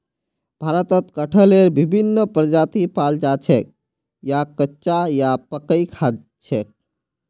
भारतत कटहलेर विभिन्न प्रजाति पाल जा छेक याक कच्चा या पकइ खा छेक